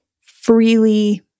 freely